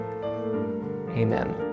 amen